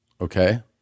okay